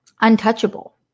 untouchable